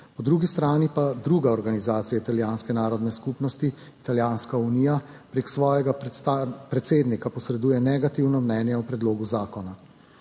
Po drugi strani pa druga organizacija italijanske narodne skupnosti, Italijanska unija, preko svojega predsednika posreduje negativno mnenje o predlogu zakona.